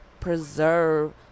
preserve